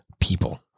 people